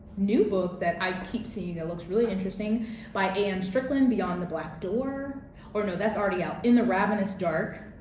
new book that i keep seeing that looks really interesting by a m. strickland, beyond the black door or no that's already out, in the ravenous dark.